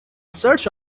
search